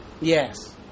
Yes